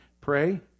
pray